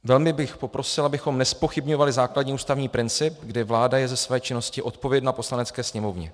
Velmi bych poprosil, abychom nezpochybňovali základní ústavní princip, kdy vláda je ze své činnosti odpovědna Poslanecké sněmovně.